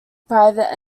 private